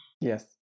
Yes